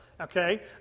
okay